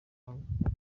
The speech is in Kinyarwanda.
y’amavuko